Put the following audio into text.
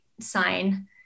sign